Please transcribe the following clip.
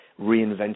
reinventing